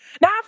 Now